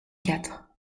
quatre